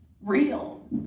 real